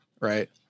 right